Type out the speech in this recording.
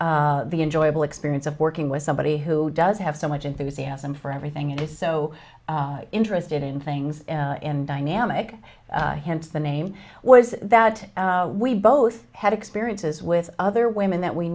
the enjoyable experience of working with somebody who does have so much enthusiasm for everything is so interested in things and dynamic hence the name was that we both had experiences with other women that we